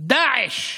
דאעש,